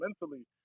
mentally